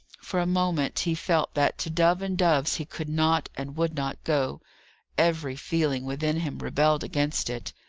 for a moment he felt that to dove and dove's he could not and would not go every feeling within him rebelled against it.